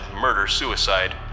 murder-suicide